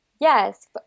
Yes